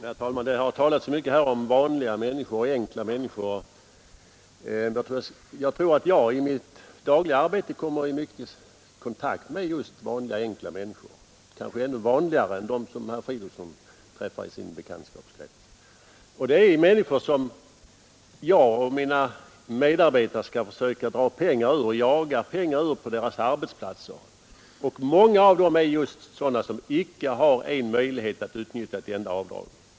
Herr talman! Det har här talats så mycket om vanliga människor och enkla människor. Jag kommer i mitt dagliga arbete i kontakt med många vanliga människor kanske ännu ”vanligare” än dem som herr Fridolfsson träffar i sin bekantskapskrets. Det är människor som jag och mina medarbetare jagar pengar ur på deras arbetsplatser. Många av dem har inga möjligheter att utnyttja ett enda avdrag.